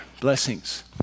Blessings